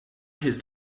his